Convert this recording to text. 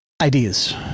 ideas